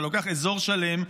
אתה לוקח אזור שלם,